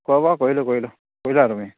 খোৱা বোৱা কৰিলোঁ কৰিলোঁ কৰিলা তুমি